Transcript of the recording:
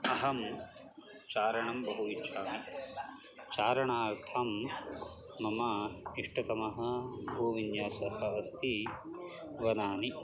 अहं चारणं बहु इच्छामि चारणार्थं मम इष्टतमः भूविन्यासः अस्ति वनानि